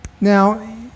Now